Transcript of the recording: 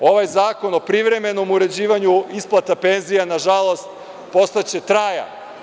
Ovaj zakon o privremenom uređivanju isplata penzija, nažalost, postaće trajan.